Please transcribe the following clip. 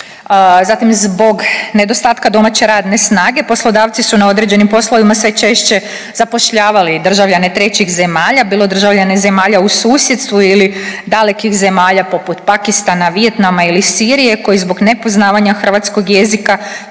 Zatim zbog nedostatka domaće radne snage poslodavci su na određenim poslovima sve češće zapošljavali državljane trećih zemalja. Bilo državljane zemalja u susjedstvu ili dalekih zemalja poput Pakistana, Vijetnama ili Sirije koji zbog nepoznavanja hrvatskog jezika nisu bili